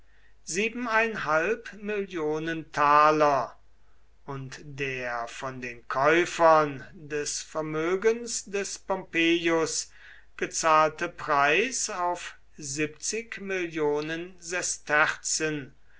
und der von den käufern des vermögens des pompeius gezahlte preis auf